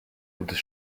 gutes